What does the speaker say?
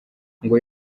ngo